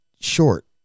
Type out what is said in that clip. short